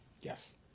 Yes